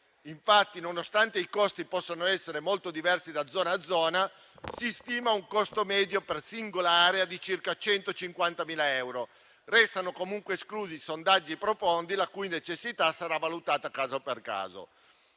Infatti, nonostante i costi possano essere molto diversi da zona a zona, se ne stima uno medio per singola area di circa 150.000 euro. Restano comunque esclusi i sondaggi profondi, la cui necessità sarà valutata caso per caso.